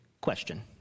question